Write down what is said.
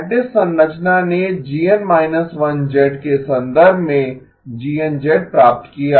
lattice संरचना ने GN −1 के संदर्भ में GN प्राप्त किया